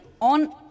on